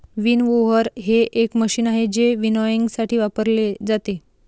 winnower हे एक machine आहे जे विनॉयइंगसाठी वापरले जाते